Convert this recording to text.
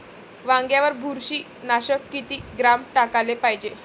वांग्यावर बुरशी नाशक किती ग्राम टाकाले पायजे?